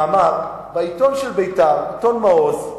כתבתי מאמר בעיתון של בית"ר, עיתון "מעוז",